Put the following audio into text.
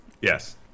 Yes